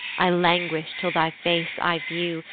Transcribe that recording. i languish till thy face i view,